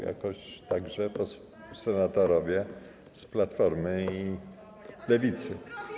jakoś także senatorowie z Platformy i Lewicy.